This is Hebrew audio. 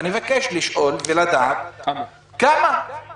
אני מבקש לדעת בכמה מדובר.